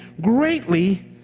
greatly